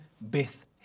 Beth